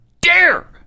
dare